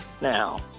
now